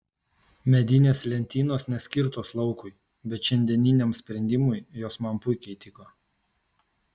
medinės lentynos neskirtos laukui bet šiandieniniam sprendimui jos man puikiai tiko